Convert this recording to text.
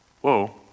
whoa